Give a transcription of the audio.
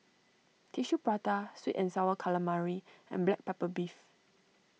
Tissue Prata Sweet and Sour Calamari and Black Pepper Beef